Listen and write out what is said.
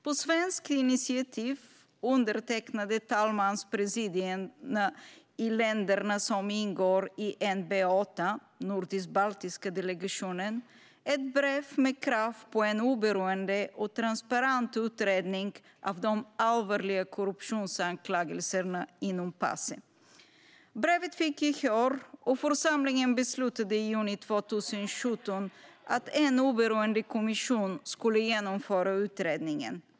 På svenskt initiativ undertecknade talmanspresidierna i de länder som ingår i NB8, den nordisk-baltiska delegationen, ett brev med krav på en oberoende och transparent utredning av de allvarliga korruptionsanklagelserna inom Pace. Brevet fick gehör, och församlingen beslutade i juni 2017 att en oberoende kommission skulle genomföra utredningen.